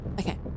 Okay